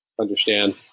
understand